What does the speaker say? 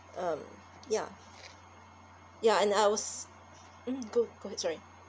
um ya ya and I was mmhmm go go ahead sorry